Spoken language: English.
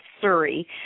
surrey